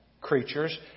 creatures